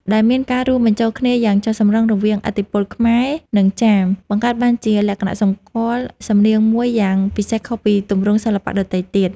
ដែលមានការរួមបញ្ចូលគ្នាយ៉ាងចុះសម្រុងរវាងឥទ្ធិពលខ្មែរ និងចាម បង្កើតបានជាលក្ខណៈសម្គាល់សំនៀងមួយយ៉ាងពិសេសខុសពីទម្រង់សិល្បៈដទៃទៀត។